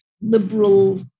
liberal